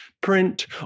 print